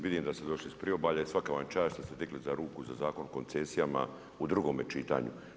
Vidim da ste došli iz priobalja i svaka vam čast što ste digli za ruku za Zakon o koncesijama, u drugome čitanju.